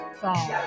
song